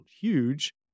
huge